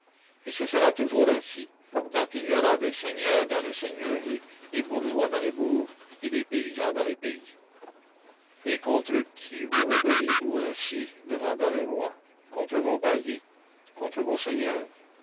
et ce sera toujours ainsi tant qu'il y aura des seigneurs dans les seigneuries des bourgeois dans les bourgs et des paysans dans les pays et contre qui vous rebellez vous ainsi demanda le roi contre vos baillis contre vos seigneurs